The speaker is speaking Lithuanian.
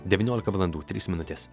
devyniolika valandų trys minutės